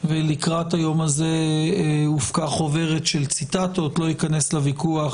ולקראת היום הזה הופקה חוברת של ציטטות לא אכנס לוויכוח